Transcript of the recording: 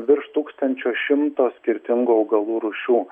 virš tūkstančio šimto skirtingų augalų rūšių